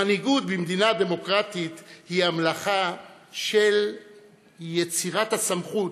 מנהיגות במדינה דמוקרטית היא המלאכה של יצירת הסמכות,